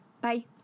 Bye